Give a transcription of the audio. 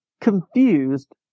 confused